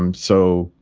um so,